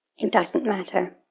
it doesn't matter.